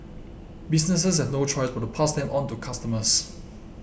businesses have no choice but to pass them on to customers